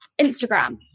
Instagram